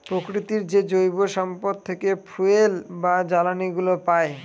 প্রকৃতির যে জৈব সম্পদ থেকে ফুয়েল বা জ্বালানিগুলো পাই